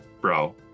bro